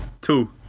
Two